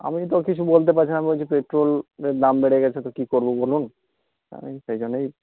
আমি তো কিছু বলতে পারছি না বলছি পেট্রোলের দাম বেড়ে গেছে তো কি করবো বলুন আমি সেই জন্যই